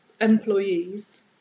employees